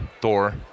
Thor